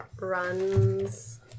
runs